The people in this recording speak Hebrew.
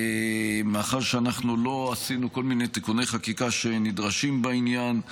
מאחר שאנחנו לא עשינו כל מיני תיקוני חקיקה שנדרשים בעניין,